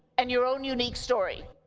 and your own unique story.